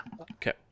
Okay